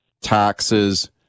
taxes